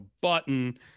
button